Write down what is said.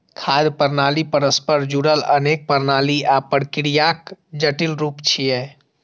खाद्य प्रणाली परस्पर जुड़ल अनेक प्रणाली आ प्रक्रियाक जटिल रूप छियै